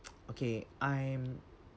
okay I'm